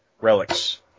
relics